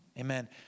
Amen